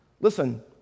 Listen